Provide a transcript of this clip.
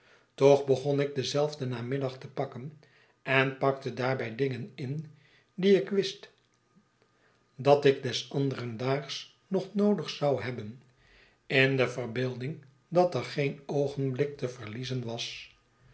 toch begon ik denzelfden namiddag te pakken en pakte daarbij dingen in die ik wist dat ik des anderen daags nog noodig zou hebben in de verbeelding dat er geen oogenblik te verliezen was